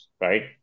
right